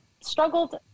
struggled